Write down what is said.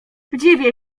dziwię